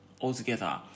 altogether